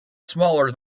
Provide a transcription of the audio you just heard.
smaller